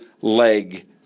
leg